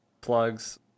plugs